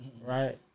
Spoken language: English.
right